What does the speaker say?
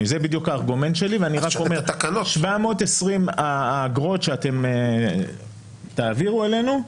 זה בדיוק הארגומנט שלי ואני רק אומר: 720 שאתם תעבירו אלינו,